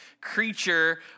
Creature